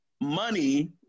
money